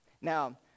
now